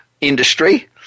industry